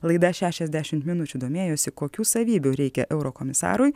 laida šešiasdešimt minučių domėjosi kokių savybių reikia eurokomisarui